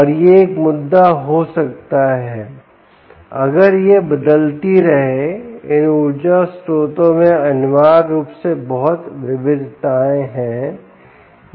और यह एक मुद्दा हो सकता है अगर यह बदलती रहे इन ऊर्जा स्रोतों में अनिवार्य रूप से बहुत विविधताएं हैं